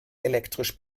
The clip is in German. elektrisch